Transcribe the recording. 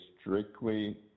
strictly